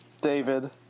David